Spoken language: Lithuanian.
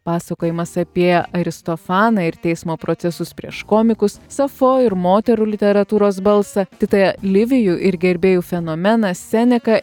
pasakojimas apie aristofaną ir teismo procesus prieš komikus safo ir moterų literatūros balsą titą livijų ir gerbėjų fenomeną seneką